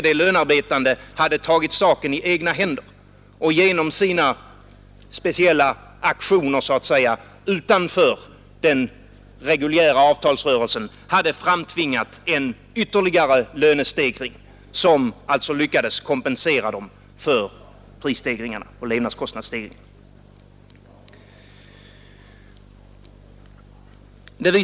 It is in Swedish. De lönearbetande tog dock saken i egna händer genom sina speciella aktioner — så att säga utanför den reguljära avtalsrörelsen — och framtvingade en ytterligare lönestegring som alltså kompenserade dem för levnadskostnadsstegringarna.